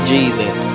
Jesus